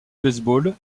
baseball